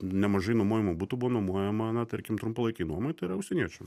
nemažai nuomojamų butų buvo numojama na tarkim trumpalaikei nuomai tai yra užsieniečiam